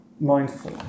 Mindful